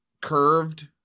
curved